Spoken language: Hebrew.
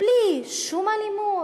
בלי שום אלימות,